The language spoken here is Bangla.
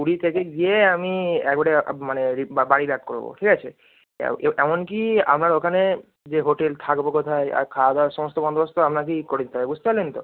পুরী থেকে গিয়ে আমি এক বারে মানে বাড়ি ব্যাক করব ঠিক আছে এ এমন কি আমার ওখানে যে হোটেলে থাকব কোথায় আর খাওয়া দাওয়ার সমস্ত বন্দোবস্ত আপনাকেই করে দিতে হবে বুঝতে পারলেন তো